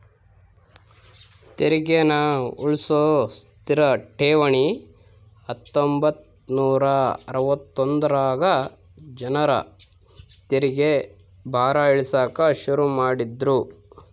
ತೆರಿಗೇನ ಉಳ್ಸೋ ಸ್ಥಿತ ಠೇವಣಿ ಹತ್ತೊಂಬತ್ ನೂರಾ ಅರವತ್ತೊಂದರಾಗ ಜನರ ತೆರಿಗೆ ಭಾರ ಇಳಿಸಾಕ ಶುರು ಮಾಡಿದ್ರು